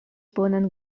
bonan